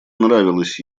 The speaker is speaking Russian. нравилось